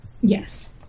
Yes